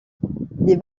des